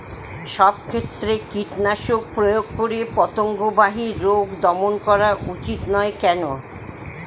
সব ক্ষেত্রে কীটনাশক প্রয়োগ করে পতঙ্গ বাহিত রোগ দমন করা উচিৎ নয় কেন?